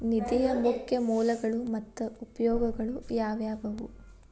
ನಿಧಿಯ ಮುಖ್ಯ ಮೂಲಗಳು ಮತ್ತ ಉಪಯೋಗಗಳು ಯಾವವ್ಯಾವು?